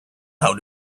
how